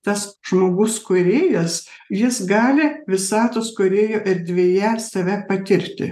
tas žmogus kūrėjas jis gali visatos kūrėjo erdvėje save patirti